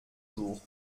jours